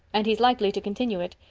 and he's likely to continue it.